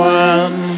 one